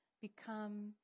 become